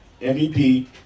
MVP